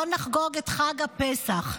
לא נחגוג את חג הפסח,